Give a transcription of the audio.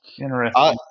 interesting